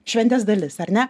šventės dalis ar ne